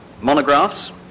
Monographs